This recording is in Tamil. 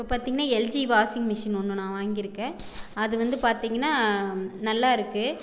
இப்போ பார்த்திங்னா எல்ஜி வாஷிங்மிஷின் ஒன்று நான் வாங்கியிருக்கேன் அது வந்து பார்த்திங்கன்னா நல்லா இருக்குது